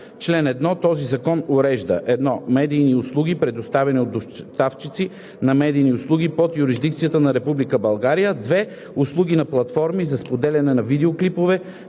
„Чл. 1. Този закон урежда: 1. медийните услуги, предоставяни от доставчици на медийни услуги под юрисдикцията на Република България; 2. услуги на платформи за споделяне на видеоклипове,